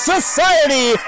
Society